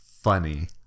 funny